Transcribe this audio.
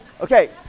Okay